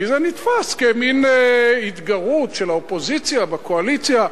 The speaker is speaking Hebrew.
כי נתפס כמן התגרות של האופוזיציה בקואליציה.